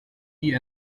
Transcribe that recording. die